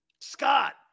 Scott